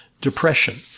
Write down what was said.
depression